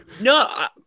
No